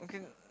okay